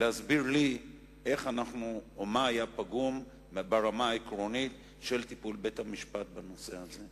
להסביר לי מה היה פגום ברמה העקרונית בטיפול בית-המשפט בנושא הזה.